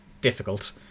difficult